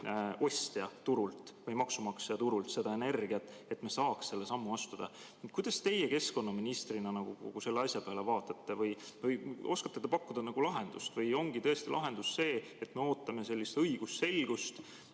ostja või maksumaksja seda energiat, et me saaks selle sammu astuda. Kuidas teie keskkonnaministrina kogu selle asja peale vaatate ja kas oskate pakkuda lahendust? Või ongi lahendus see, et me ootamegi õigusselgust,